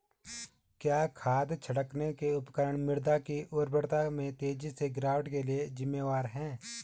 क्या खाद छिड़कने के उपकरण मृदा की उर्वरता में तेजी से गिरावट के लिए जिम्मेवार हैं?